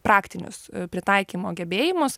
praktinius pritaikymo gebėjimus